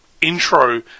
intro